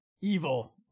evil